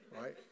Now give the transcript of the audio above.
Right